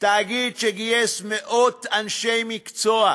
תאגיד שגייס מאות אנשי מקצוע,